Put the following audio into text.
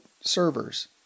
servers